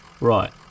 Right